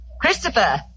Christopher